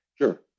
sure